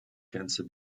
cancer